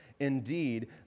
Indeed